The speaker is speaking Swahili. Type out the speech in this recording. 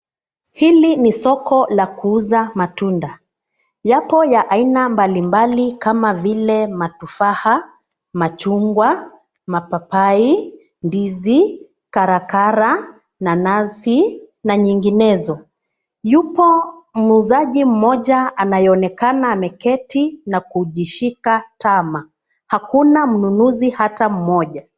Hili ni soko la kuuza matunda. Yapo ya aina mbalimbali kama vile matufaha, machungwa, mapapai, ndizi, karakara nanasi na nyinginezo. Yupo muuzaji mmoja anayonekana ameketi na kujishika tama. Hakuna mnunuzi hata mmoja.